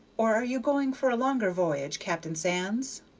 or are you going for a longer voyage, captain sands?